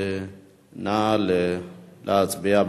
נא להצביע.